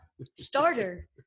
starter